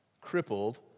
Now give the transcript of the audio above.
crippled